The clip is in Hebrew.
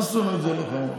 מה זאת אומרת זה לא חמור?